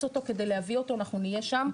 אותו כדי להביא אותו אנחנו נהיה שם,